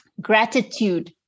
gratitude